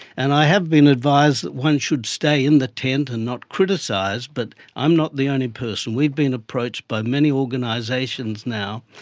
and i have been advised that one should stay in the tent and not criticise, but i'm not the only person. we've been approached by many organisations now,